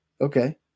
okay